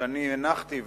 שאני הנחתי,